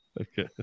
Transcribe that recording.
Okay